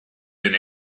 been